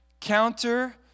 Counter